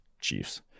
Chiefs